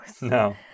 No